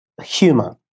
humor